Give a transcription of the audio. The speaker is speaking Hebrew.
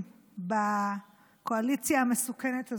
השר שטרן.